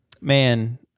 Man